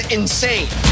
insane